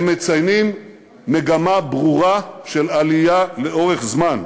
הם מציינים מגמה ברורה של עלייה לאורך זמן.